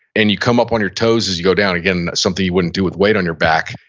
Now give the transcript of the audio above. and you come up on your toes as you go down again, something you wouldn't do with weight on your back.